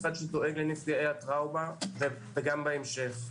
אחד שדואג לנפגעי הטראומה וכך גם בהמשך.